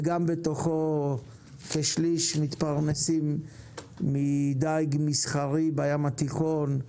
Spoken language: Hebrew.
וגם בתוכו כשליש מתפרנסים מדיג מסחרי בים התיכון,